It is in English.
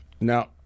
Now